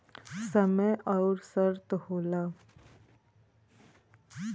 समय अउर शर्त होला